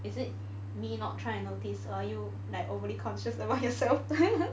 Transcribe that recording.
is it me not trying to notice or are you like overly cautious about yourself